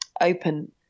open